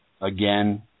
again